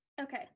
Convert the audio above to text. Okay